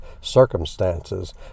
circumstances